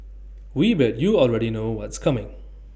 we bet you already know what's coming